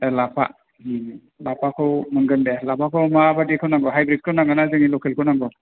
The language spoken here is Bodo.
लाफा लाफाखौ मोनगोन दे लाफाखौ माबायदिखौ नांगौ हाइब्रिदखौ नांगौना जोंनि लखेलखौ नांगौ